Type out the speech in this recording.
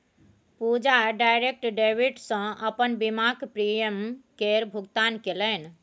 पूजा direct debit सँ अपन बीमाक प्रीमियम केर भुगतान केलनि